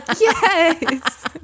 yes